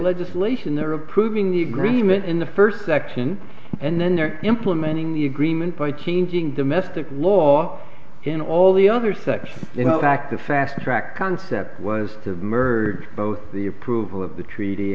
legislation they're approving the agreement in the first section and then they're implementing the agreement by changing domestic law in all the other sections in fact the fast track concept was to merge both the approval of the treaty